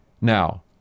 Now